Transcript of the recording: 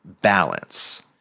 Balance